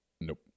Nope